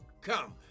come